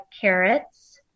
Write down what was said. carrots